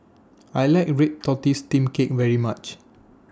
I like Red Tortoise Steamed Cake very much